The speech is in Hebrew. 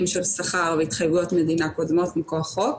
של שכר והתחייבויות מדינה קודמות מכח חוק,